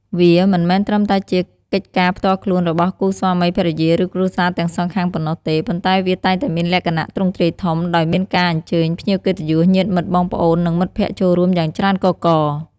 វាមិនមែនត្រឹមតែជាកិច្ចការផ្ទាល់ខ្លួនរបស់គូស្វាមីភរិយា ឬគ្រួសារទាំងសងខាងប៉ុណ្ណោះទេ ប៉ុន្តែវាតែងតែមានលក្ខណៈទ្រង់ទ្រាយធំ ដោយមានការអញ្ជើញភ្ញៀវកិត្តិយស ញាតិមិត្ត បងប្អូន និងមិត្តភក្តិចូលរួមយ៉ាងច្រើនកុះករ។